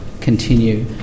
continue